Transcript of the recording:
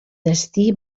destí